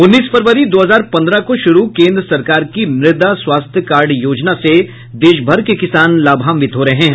उन्नीस फरवरी दो हजार पंद्रह को शुरू केन्द्र सरकार की मृदा स्वास्थ्य कार्ड योजना से देश भर के किसान लाभान्वित हो रहे हैं